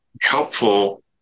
helpful